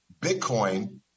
Bitcoin